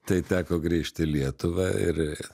tai teko grįžt į lietuvą ir